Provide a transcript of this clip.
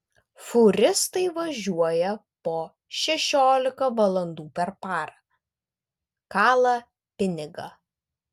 fūristai važiuoja po šešiolika valandų per parą kala pinigą